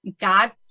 god